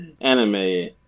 anime